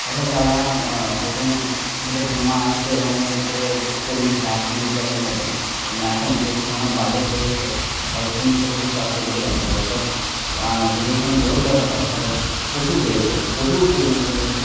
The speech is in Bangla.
অতএব তারা প্রথমে হয়তো সিনেমা আসত কোনো কোনো ক্ষেত্রে চল্লিশ লাখ তিরিশ লাখের মধ্যে কিন্তু এখন সে সিনেমার বাজেট হয়ে যাচ্ছে প্রায় তিনশো কোটি চারশো কোটির কাছাকাছি অর্থাৎ যদি এখানে গ্রোথ দেখা যায় তা হলে প্রচুর হয়েছে প্রচুর পরিমাণে এর